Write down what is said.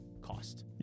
cost